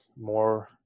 more